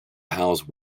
house